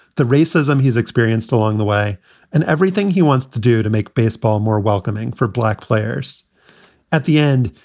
the racism he's experienced along the way and everything he wants to do to make baseball more welcoming for black players at the end.